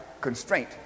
constraint